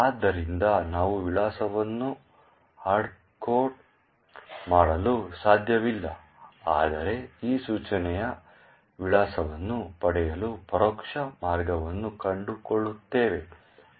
ಆದ್ದರಿಂದ ನಾವು ವಿಳಾಸವನ್ನು ಹಾರ್ಡ್ಕೋಡ್ ಮಾಡಲು ಸಾಧ್ಯವಿಲ್ಲ ಆದರೆ ಈ ಸೂಚನೆಯ ವಿಳಾಸವನ್ನು ಪಡೆಯಲು ಪರೋಕ್ಷ ಮಾರ್ಗವನ್ನು ಕಂಡುಕೊಳ್ಳುತ್ತೇವೆ